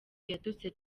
yatutse